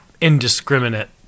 indiscriminate